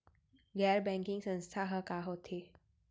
गैर बैंकिंग संस्था ह का होथे?